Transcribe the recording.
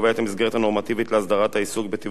הנורמטיבית להסדרת העיסוק בתיווך במקרקעין,